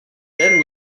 then